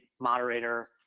moderator